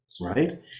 right